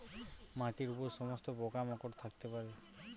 মাটির উপর সমস্ত পোকা মাকড় থাকতে পারে